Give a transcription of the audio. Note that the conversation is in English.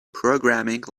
programming